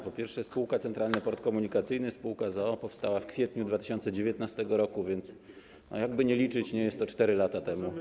Po pierwsze, spółka Centralny Port Komunikacyjny sp. z o.o. powstała w kwietniu 2019 r., więc, jakkolwiek by liczyć, nie jest to 4 lata temu.